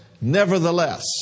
nevertheless